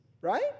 Right